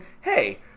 hey